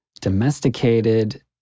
Domesticated